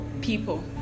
people